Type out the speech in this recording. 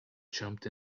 jumped